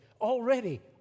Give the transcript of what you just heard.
Already